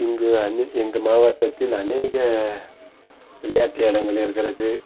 இங்கு எங்கள் மாவட்டத்தில் அநேக விளையாட்டு இடங்கள் இருக்கிறது